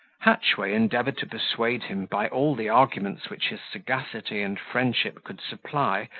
hatchway endeavoured to persuade him, by all the arguments which his sagacity and friendship could supply,